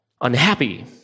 unhappy